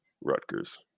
Rutgers